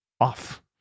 off